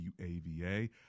WAVA